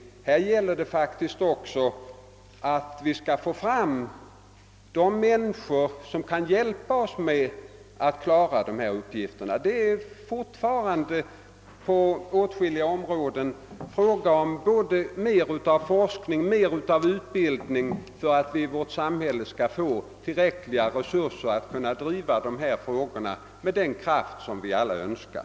Det gäller också att få fram de människor som kan hjälpa oss att klara dessa uppgifter. Det är fortfarande på åtskilliga områden fråga om mer av forskning och mer av utbildning för att vi i vårt samhälle skall få tillräckliga resurser att driva dessa frågor med den kraft som vi tydligen alla önskar.